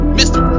mr